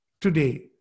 today